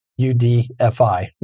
UDFI